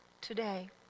today